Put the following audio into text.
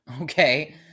okay